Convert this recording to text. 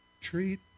treat